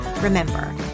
Remember